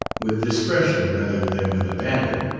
with discretion rather than with abandon.